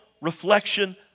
reflection